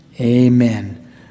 Amen